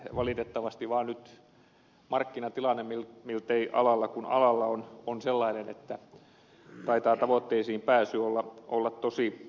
valitettavasti vaan nyt markkinatilanne miltei alalla kuin alalla on sellainen että taitaa tavoitteisiin pääsy olla tosi vaikeaa